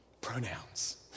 Pronouns